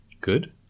good